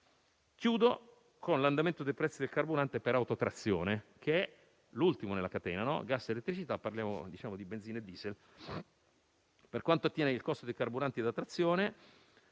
Concludo con l'andamento dei prezzi del carburante per autotrazione, che è l'ultimo nella catena: gas ed elettricità, parliamo di benzina e diesel. Per quanto riguarda il costo dei carburanti da trazione,